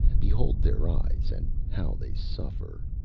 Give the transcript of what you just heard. behold their eyes, and how they suffer!